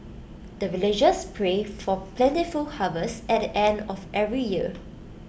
the villagers pray for plentiful harvest at the end of every year